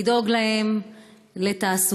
לדאוג להם לתעסוקה,